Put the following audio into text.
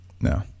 no